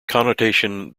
connotation